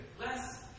less